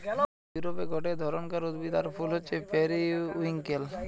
ইউরোপে গটে ধরণকার উদ্ভিদ আর ফুল হচ্ছে পেরিউইঙ্কেল